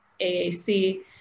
AAC